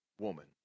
woman